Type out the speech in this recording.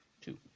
Two